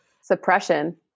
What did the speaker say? suppression